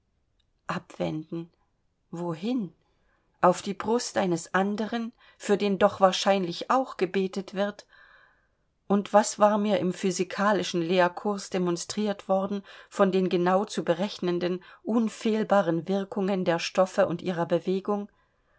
abwenden wohin auf die brust eines andern für den doch wahrscheinlich auch gebetet wird und was war mir im physikalischen lehrkurs demonstriert worden von den genau zu berechnenden unfehlbaren wirkungen der stoffe und ihrer bewegung